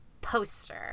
poster